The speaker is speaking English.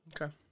Okay